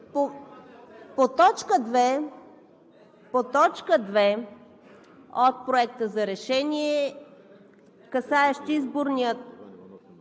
По точка две от Проекта за решение, касаещ Изборния